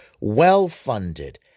well-funded